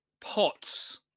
Pots